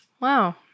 Wow